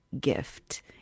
gift